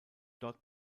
dort